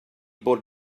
bod